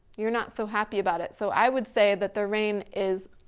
you're not so happy about it. so i would say that the rain is,